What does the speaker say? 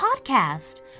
podcast